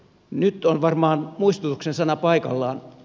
nyt on varmaan muistutuksen sana paikallaan